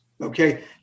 okay